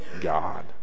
god